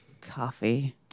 Coffee